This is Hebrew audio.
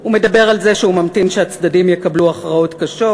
הוא מדבר על זה שהוא ממתין שהצדדים יקבלו הכרעות קשות.